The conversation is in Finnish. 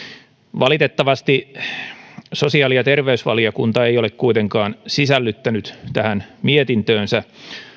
valitettavasti sosiaali ja terveysvaliokunta ei ole kuitenkaan sisällyttänyt tähän mietintöönsä